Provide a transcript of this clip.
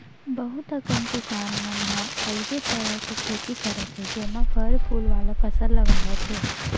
बहुत अकन किसान मन ह अलगे तरह के खेती करत हे जेमा फर फूल वाला फसल लगावत हे